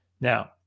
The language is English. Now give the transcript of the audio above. Now